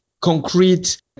concrete